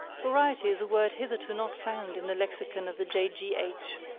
variety is a word hitherto not found in the lexicon of the j g h.